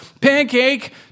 Pancake